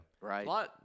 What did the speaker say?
right